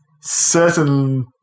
certain